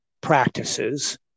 practices